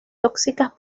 tóxicas